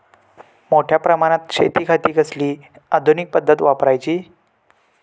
मोठ्या प्रमानात शेतिखाती कसली आधूनिक पद्धत वापराची?